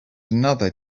another